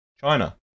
China